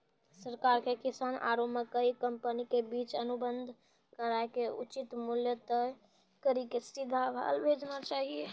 सरकार के किसान आरु मकई कंपनी के बीच अनुबंध कराय के उचित मूल्य तय कड़ी के सीधा माल भेजना चाहिए?